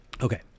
Okay